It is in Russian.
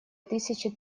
тысячи